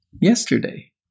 yesterday